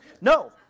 No